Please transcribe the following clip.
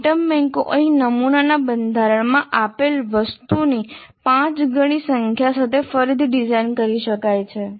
item બેંકો અહીં નમૂનાના બંધારણમાં આપેલ વસ્તુઓની પાંચ ગણી સંખ્યા સાથે ફરીથી ડિઝાઇન કરી શકાય છે